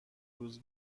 روز